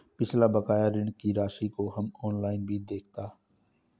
पिछला बकाया ऋण की राशि को हम ऑनलाइन भी देखता